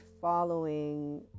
following